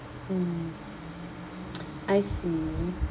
mm I see